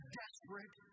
desperate